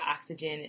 oxygen